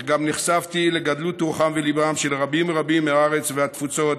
אך גם נחשפתי לגדלות רוחם וליבם של רבים רבים מהארץ והתפוצות,